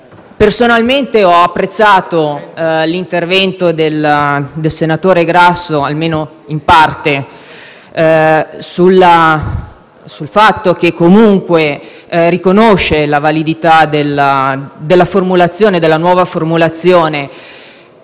Personalmente ho apprezzato l'intervento del senatore Grasso, almeno in parte, che comunque riconosce la validità della nuova formulazione.